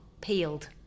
Peeled